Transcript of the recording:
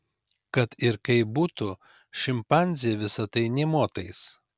kad ir kaip būtų šimpanzei visa tai nė motais